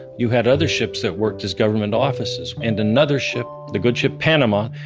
you had other ships that worked as government offices and another ship, the good ship panama,